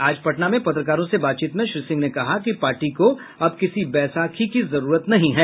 आज पटना में पत्रकारों से बातचीत में श्री सिंह ने कहा कि पार्टी को अब किसी वैशाखी नहीं जरूरत नहीं है